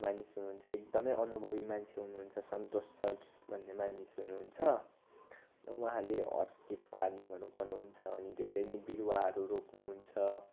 मानिस हुनुहुन्छ एकदमै अनुभवी मान्छे हुनुहुन्छ सन्तोष सर भन्ने मानिस हुनुहुन्छ उहाँले अर्किड फार्मिङहरू गर्नुहुन्छ अनि धेरै नै बिरुवाहरू रोप्नुहुन्छ